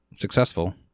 successful